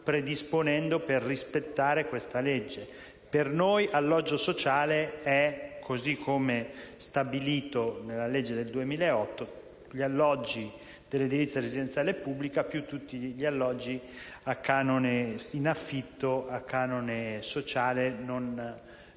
predisponendo per farla rispettare. Per noi gli alloggi sociali sono, così come stabilito dalla legge del 2008, gli alloggi dell'edilizia residenziale pubblica più tutti gli alloggi in affitto a canone sociale *non profit*.